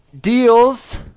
deals